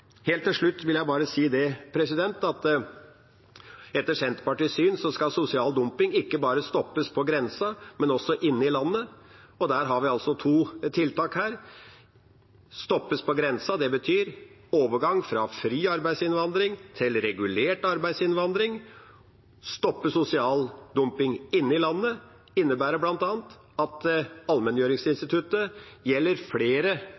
Helt til slutt vil jeg bare si at etter Senterpartiets syn skal sosial dumping ikke bare stoppes på grensen, men også inne i landet. Her har vi altså to tiltak. Å stoppe det på grensen betyr overgang fra fri arbeidsinnvandring til regulert arbeidsinnvandring. Å stoppe sosial dumping inne i landet innebærer bl.a. at allmenngjøringsinstituttet skal gjelde flere